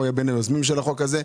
הוא היה בין היוזמים של החוק הזה.